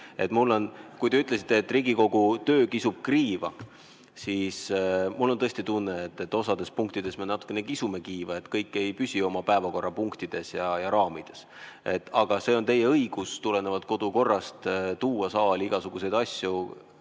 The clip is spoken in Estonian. Kui te ütlesite, et Riigikogu töö kisub kiiva, siis mul on tõesti tunne, et osas punktides me natukene kisume kiiva, kõik ei püsi oma päevakorrapunktides ja raamides. Teie õigus tulenevalt kodukorrast on tuua saali igasuguseid asju, mis